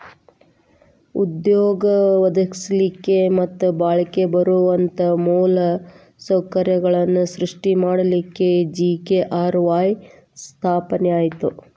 ಉದ್ಯೋಗ ಒದಗಸ್ಲಿಕ್ಕೆ ಮತ್ತ ಬಾಳ್ಕಿ ಬರುವಂತ ಮೂಲ ಸೌಕರ್ಯಗಳನ್ನ ಸೃಷ್ಟಿ ಮಾಡಲಿಕ್ಕೆ ಜಿ.ಕೆ.ಆರ್.ವಾಯ್ ಸ್ಥಾಪನೆ ಆತು